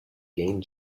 game